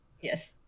yes